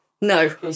No